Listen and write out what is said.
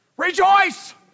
Rejoice